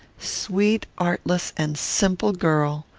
sweet, artless, and simple girl!